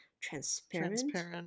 transparent